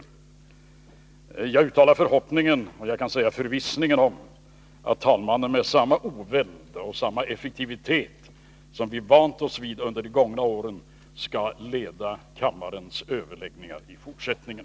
Jag uttalar förhoppningen — och jag kan säga förvissningen — att talmannen med samma oväld och samma effektivitet som vi vant oss vid under de gångna åren skall leda kammarens överläggningar i fortsättningen.